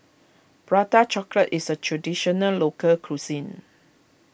Prata Chocolate is a Traditional Local Cuisine